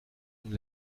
une